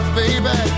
baby